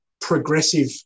progressive